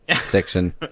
section